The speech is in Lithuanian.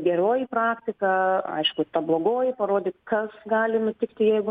geroji praktika aišku ta blogoji parodyt kas gali nutikti jeigu